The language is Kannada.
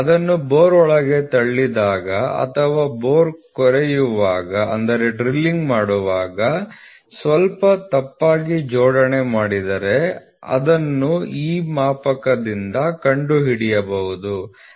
ಅದನ್ನು ಬೋರ್ ಒಳಗೆ ತಳ್ಳಿದಾಗ ಅಥವಾ ಬೋರ್ ಕೊರೆಯುವಾಗ ಸ್ವಲ್ಪ ತಪ್ಪಾಗಿ ಜೋಡಣೆ ಮಾಡಿದರೆ ಅದನ್ನು ಈ ಮಾಪಕದಿಂದ ಕಂಡುಹಿಡಿಯಬಹುದು